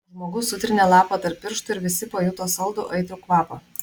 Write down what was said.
žmogus sutrynė lapą tarp pirštų ir visi pajuto saldų aitrų kvapą